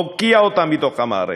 נוקיע אותם בתוך המערכת,